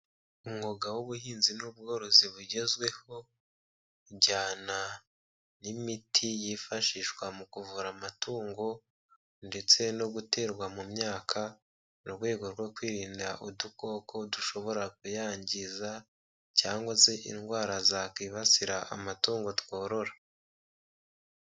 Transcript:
Umwuga w'ubuhinzi n'ubworozi bugezweho unjyana n'imiti yifashishwa mu kuvura amatungo ndetse no guterwa mu myaka mu rwego rwo kwirinda udukoko dushobora kuyangiza cyangwa se indwara zakibasira amatungo tworora.